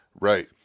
Right